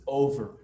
over